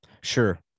Sure